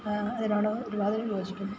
അതിനോട് ഒരുമാതിരി യോജിക്കുന്നു